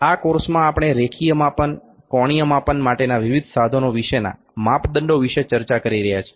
આ કોર્સ માં આપણે રેખીય માપન કોણીય માપન માટેના વિવિધ સાધનો વિશેના માપદંડો વિશે ચર્ચા કરી રહ્યા છીએ